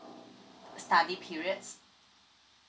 study periods